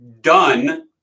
done